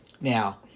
Now